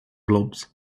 blobs